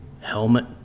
helmet